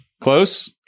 Close